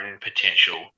potential